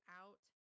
out